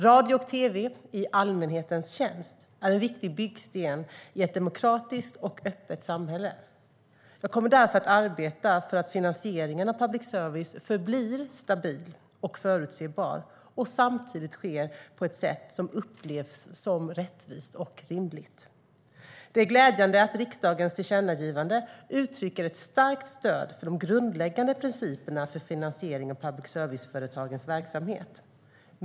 Radio och tv i allmänhetens tjänst är en viktig byggsten i ett demokratiskt och öppet samhälle. Jag kommer därför att arbeta för att finansieringen av public service förblir stabil och förutsebar och samtidigt sker på ett sätt som upplevs som rättvist och rimligt. Det är glädjande att riksdagens tillkännagivande uttrycker ett starkt stöd för de grundläggande principerna för finansiering av public service-företagens verksamhet.